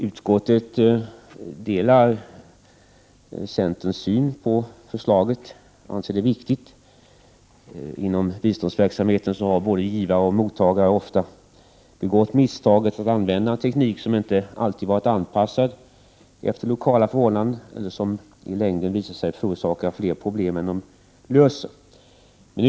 Utskottet delar centerns syn på 19 april 1989 förslaget och anser att det är viktigt. Inom biståndsverksamheten har både givare och mottagare ofta begått misstaget att använda en teknik, som inte alltid varit anpassad efter lokala förhållanden eller som i längden visat sig förorsaka fler problem än den löser.